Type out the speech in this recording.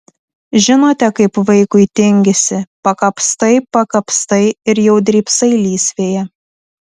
žinote kaip vaikui tingisi pakapstai pakapstai ir jau drybsai lysvėje